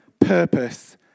purpose